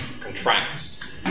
contracts